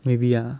maybe ah